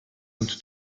und